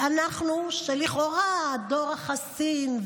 ואנחנו לכאורה הדור החסין,